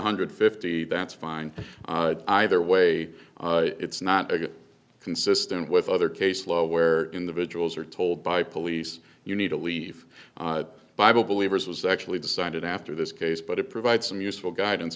hundred fifty that's fine either way it's not consistent with other case law where in the vigils are told by police you need to leave bible believers was actually decided after this case but it provides some useful guidance